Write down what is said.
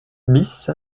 bis